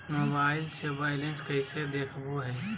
Mobile से balance कैसे देखाबो है?